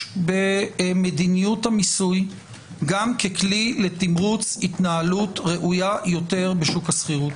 במדיניות המיסוי גם ככלי לתמרוץ התנהלות ראויה יותר בשוק השכירות.